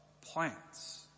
plants